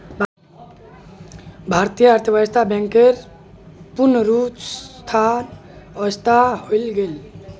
भारतीय अर्थव्यवस्थात बैंकेर पुनरुत्थान आवश्यक हइ गेल छ